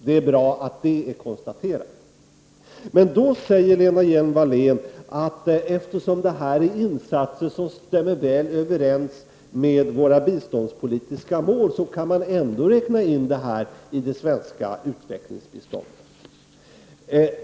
Det är bra att det är konstaterat. Men då säger Lena Hjelm-Wallén att eftersom detta utgör insatser som stämmer väl överens med våra biståndspolitiska mål, kan man ändå räkna in dem i det svenska utvecklingsbiståndet.